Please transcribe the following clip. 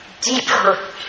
deeper